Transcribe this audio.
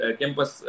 campus